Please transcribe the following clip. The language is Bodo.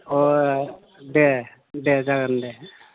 दे दे जागोन दे